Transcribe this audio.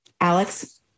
Alex